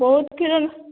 ବହୁତ କ୍ଷୀର